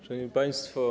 Szanowni Państwo!